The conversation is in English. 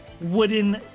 wooden